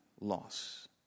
loss